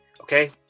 Okay